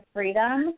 Freedom